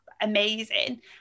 amazing